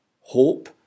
hope